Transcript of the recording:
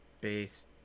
base